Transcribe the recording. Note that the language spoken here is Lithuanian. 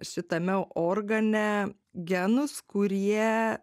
šitame organe genus kurie